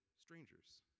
strangers